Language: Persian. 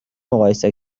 مقایسه